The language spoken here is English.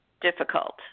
difficult